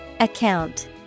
Account